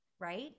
right